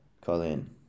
Colleen